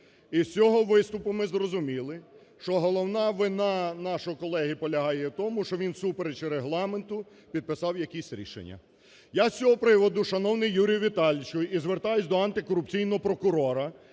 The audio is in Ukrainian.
І з цього виступу ми зрозуміли, що головна вина нашого колеги полягає в тому, що він всупереч Регламенту підписав якісь рішення. Я з цього приводу, шановний Юрію Віталійовичу, і звертаюсь до антикорупційного прокурора